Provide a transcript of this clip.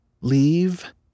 Leave